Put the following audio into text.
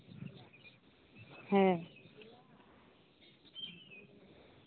ᱦᱮᱸ